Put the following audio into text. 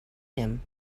him